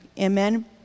Amen